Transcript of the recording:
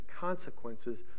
consequences